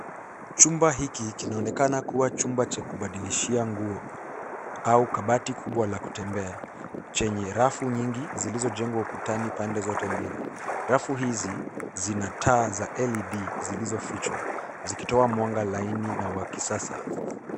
Chumba hiki kinaonekana kuwa chumba cha kubadilishia nguo, au kabati kubwa la kutembea chenye rafu nyingi zilizojengwa ukutani pande zote mbili. Rafu hizi zina taa za LD zilizofichwa zikitoa mwanga laini na wa kisasa.